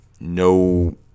no –